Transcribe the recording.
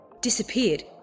Disappeared